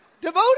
devoted